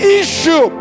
issue